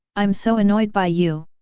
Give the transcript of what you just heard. i'm so annoyed by you!